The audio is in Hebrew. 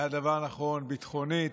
היה דבר נכון ביטחונית,